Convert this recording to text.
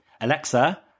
alexa